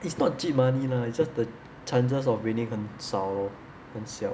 it's not cheat money lah it's just the chances of winning 很少 lor 很小